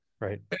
right